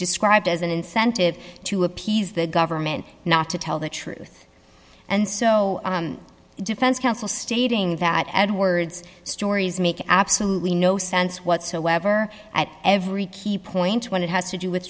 described as an incentive to appease the government not to tell the truth and so defense counsel stating that edwards stories make absolutely no sense whatsoever at every key point when it has to do with